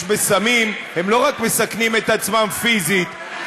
בסמים הם לא רק מסכנים את עצמם פיזית,